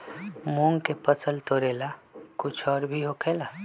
मूंग के फसल तोरेला कुछ और भी होखेला?